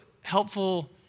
helpful